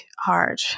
hard